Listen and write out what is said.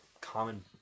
common